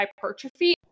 hypertrophy